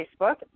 Facebook